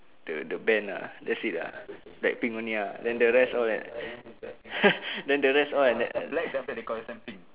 the the band ah that's it ah Blackpink only ah then the rest all that then the rest all I never